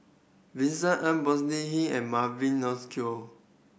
Vincent Ng Bonny Hick and Mavi